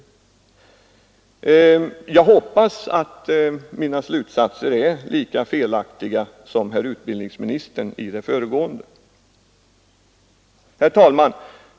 Jag hoppas att en sådan slutsats är lika felaktig som herr utbildningsministerns. Herr talman!